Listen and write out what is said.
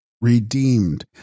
redeemed